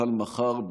החל מחר,